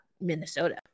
Minnesota